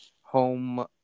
home